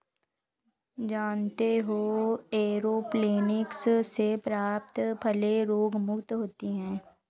जानते हो एयरोपोनिक्स से प्राप्त फलें रोगमुक्त होती हैं